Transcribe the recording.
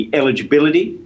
eligibility